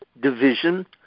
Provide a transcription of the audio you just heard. division